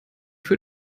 für